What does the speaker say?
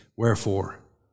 Wherefore